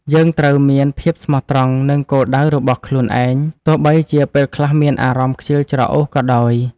យើងត្រូវមានភាពស្មោះត្រង់នឹងគោលដៅរបស់ខ្លួនឯង ទោះបីជាពេលខ្លះមានអារម្មណ៍ខ្ជិលច្រអូសក៏ដោយ។